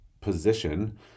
position